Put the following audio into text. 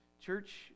church